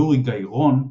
יורי גיא-רון,